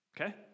Okay